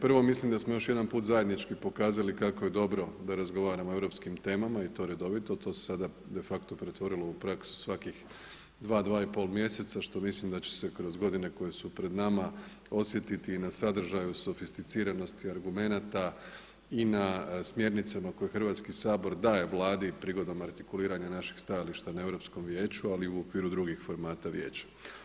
Prvo, mislim da smo još jedan put zajednički pokazali kako je dobro da razgovaramo o europskim temama i to redovito, to se sada de facto pretvorilo u praksu svakih dva, dva i pol mjeseca što mislim da će se kroz godine koje su pred nama osjetiti i na sadržaju sofisticiranosti argumenata i na smjernicama koje Hrvatski sabor daje Vladi prigodom artikuliranja našeg stajališta na Europsko vijeću, ali i u okviru drugih formata vijeća.